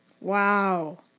Wow